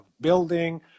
building